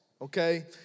okay